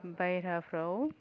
बायराफ्राव